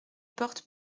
porte